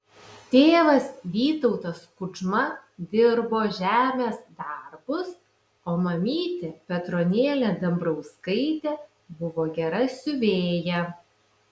tėvas vytautas kudžma dirbo žemės darbus o mamytė petronėlė dambrauskaitė buvo gera siuvėja